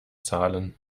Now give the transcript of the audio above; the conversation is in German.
zahlen